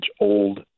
old